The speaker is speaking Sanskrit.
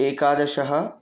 एकादशः